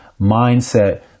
mindset